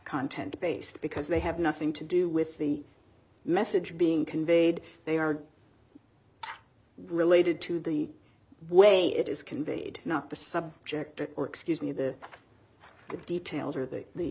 content based because they have nothing to do with the message being conveyed they are related to the way it is conveyed not the subject or excuse me the details are that the